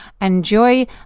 enjoy